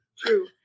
True